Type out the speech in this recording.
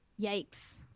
Yikes